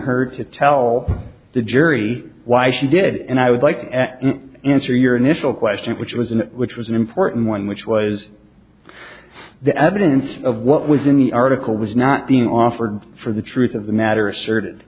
her to tell the jury why she did and i would like to answer your initial question which was and which was an important one which was the evidence of what was in the article was not being offered for the truth of the matter asserted